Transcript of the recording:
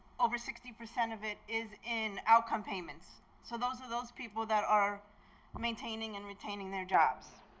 over sixty percent of it is in outcome payments. so those are those people that are are maintaining and retaining their jobs.